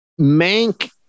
Mank